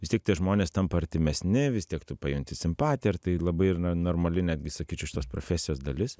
vis tiek tie žmonės tampa artimesni vis tiek tu pajunti simpatiją ir tai labai ir na normali netgi sakyčiau šitos profesijos dalis